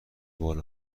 بال